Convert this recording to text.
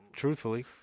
Truthfully